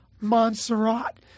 Montserrat